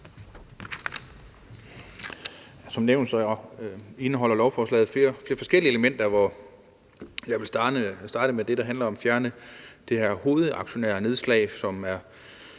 Som nævnt indeholder lovforslaget flere forskellige elementer, og jeg vil starte med det, der handler om at fjerne det her hovedaktionærnedslag, som er